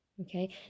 okay